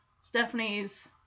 Stephanie's